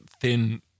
thin